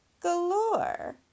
galore